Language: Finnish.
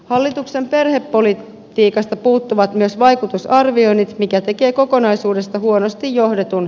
hallituksen perhepolitiikasta puuttuvat myös vaikutusarvioinnit mikä tekee kokonaisuudesta huonosti johdetun